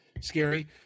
scary